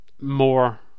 more